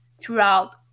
throughout